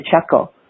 chuckle